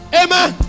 amen